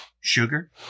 Sugar